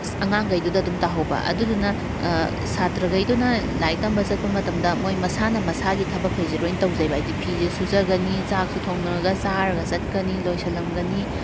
ꯑꯉꯥꯡꯈꯩꯗꯨꯗ ꯑꯗꯨꯝ ꯇꯥꯍꯧꯕ ꯑꯗꯨꯗꯨꯅ ꯁꯥꯇ꯭ꯔꯈꯩꯗꯨꯅ ꯂꯥꯏꯔꯤꯛ ꯇꯝꯕ ꯆꯠꯄ ꯃꯇꯝꯗ ꯃꯣꯏ ꯃꯁꯥꯅ ꯃꯁꯥꯒꯤ ꯊꯕꯛꯈꯩꯁꯤ ꯂꯣꯏ ꯇꯧꯖꯩꯑꯕ ꯍꯥꯏꯗꯤ ꯐꯤꯁꯨ ꯁꯨꯖꯒꯅꯤ ꯆꯥꯛꯁꯨ ꯊꯣꯡꯉꯒ ꯆꯥꯔꯒ ꯆꯠꯀꯅꯤ ꯂꯣꯏꯁꯤꯜꯂꯝꯒꯅꯤ